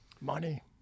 Money